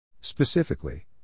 Specifically